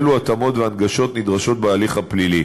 אילו התאמות והנגשות נדרשות בהליך הפלילי.